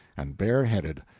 and bareheaded.